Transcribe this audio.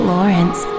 Lawrence